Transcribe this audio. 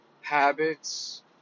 habits